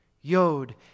yod